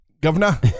governor